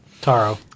Taro